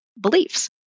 beliefs